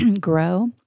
grow